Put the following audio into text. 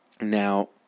Now